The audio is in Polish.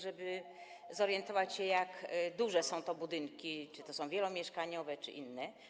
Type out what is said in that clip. żeby zorientować się, jak duże to są budynki, czy to są budynki wielomieszkaniowe, czy inne.